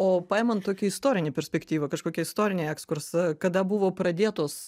o paimant tokią istorinę perspektyvą kažkokį istorinį ekskursą kada buvo pradėtos